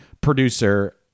producer